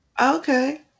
Okay